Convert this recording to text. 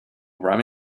rum